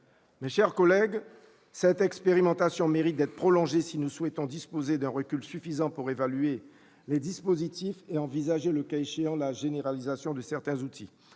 Mes chers collègues, cette expérimentation mérite d'être prolongée, si nous souhaitons disposer d'un recul suffisant pour évaluer les dispositifs et envisager, le cas échéant, la généralisation de certains outils.